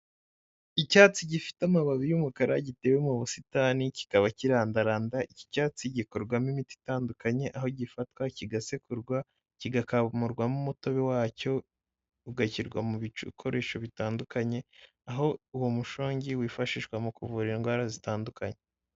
Icyatsi gifite amababi y'umukara, giteye mu busitani, kikaba kirandaranda, iki cyatsi gikorwamo imiti itandukanye, aho gifatwa kigasekurwa, kigakamurwamo umutobe wacyo, ugashyirwa mu bikoresho bitandukanye, aho uwo mushongi wifashishwa mu kuvura indwara zitandukanye.